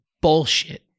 bullshit